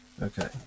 Okay